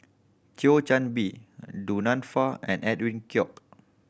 Thio Chan Bee Du Nanfa and Edwin Koek